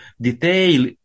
detail